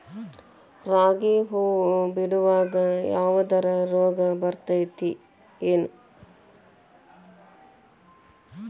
ರಾಗಿ ಹೂವು ಬಿಡುವಾಗ ಯಾವದರ ರೋಗ ಬರತೇತಿ ಏನ್?